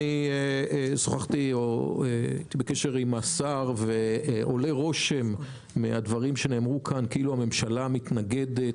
אני שוחחתי עם השר ועולה רושם מהדברים שנאמרו כאן כאילו הממשלה מתנגדת.